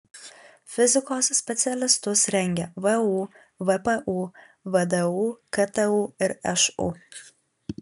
fizikos specialistus rengia vu vpu vdu ktu ir šu